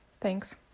Thanks